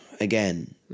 again